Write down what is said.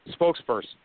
spokesperson